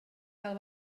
cael